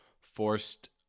forced